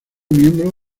miembro